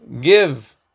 give